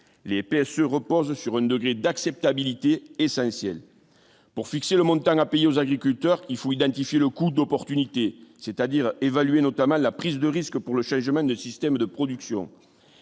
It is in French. l'se repose sur une degré d'acceptabilité essentiel pour fixer le montant à payer aux agriculteurs qu'il faut identifier le coût d'opportunité c'est-à-dire évaluer notamment la prise de risque pour le changement de système de production,